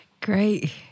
great